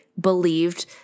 believed